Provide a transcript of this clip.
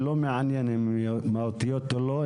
ולא מעניין אם הן מהותיות או לא,